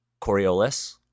Coriolis